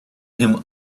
him